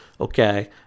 Okay